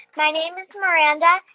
my name is miranda.